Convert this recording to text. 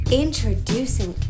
introducing